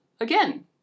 again